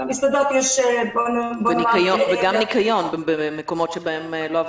למסעדות יש -- וגם ניקיון, במקומות שבהם לא עבדו.